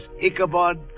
Ichabod